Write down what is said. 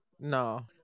No